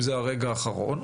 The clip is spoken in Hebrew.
זה הרגע האחרון".